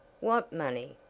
what money?